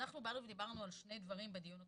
אנחנו דיברנו על שני דברים בדיון הקודם: